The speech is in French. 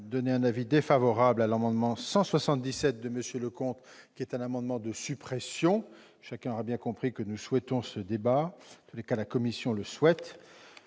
un avis défavorable à l'amendement n° 177 rectifié de M. Leconte, qui est un amendement de suppression. Chacun aura bien compris que nous souhaitons ce débat, en tout cas, la commission le souhaite.